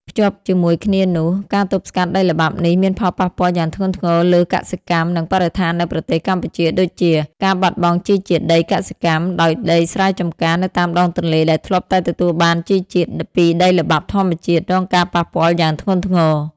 ភ្ជាប់ជាមួយគ្នានោះ ការទប់ស្កាត់ដីល្បាប់នេះមានផលប៉ះពាល់យ៉ាងធ្ងន់ធ្ងរលើកសិកម្ម និងបរិស្ថាននៅប្រទេសកម្ពុជាដូចជា ការបាត់បង់ជីជាតិដីកសិកម្ម ដោយដីស្រែចម្ការនៅតាមដងទន្លេដែលធ្លាប់តែទទួលបានជីជាតិពីដីល្បាប់ធម្មជាតិ រងការប៉ះពាល់យ៉ាងធ្ងន់ធ្ងរ។